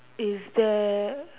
is there